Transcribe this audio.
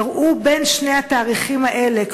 אירעו בין שני התאריכים האלה,